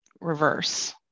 reverse